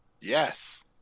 Yes